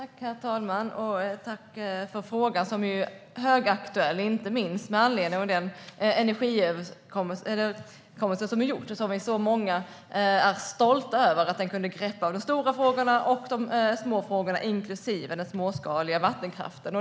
Herr talman! Jag tackar för en högaktuell fråga, inte minst med anledning av den energiöverenskommelse som har gjorts. Vi är stolta över att den greppar både de stora och de små frågorna, inklusive den småskaliga vattenkraften.